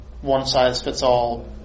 one-size-fits-all